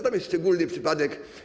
Tam jest szczególny przypadek.